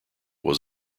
was